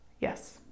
Yes